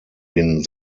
den